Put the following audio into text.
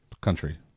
country